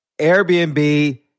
Airbnb